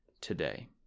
today